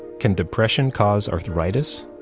can depression cause arthritis?